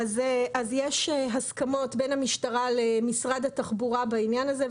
אז יש הסכמות בין המשטרה למשרד התחבורה בעניין הזה,